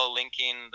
linking